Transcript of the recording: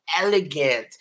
elegant